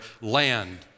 land